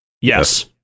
Yes